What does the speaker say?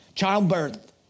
childbirth